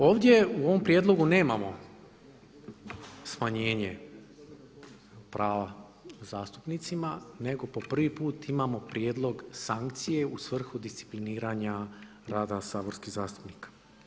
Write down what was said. Ovdje u ovom prijedlogu nemamo smanjenje prava zastupnicima nego po prvi put imamo prijedlog sankcije u svrhu discipliniranja rada saborskih zastupnika.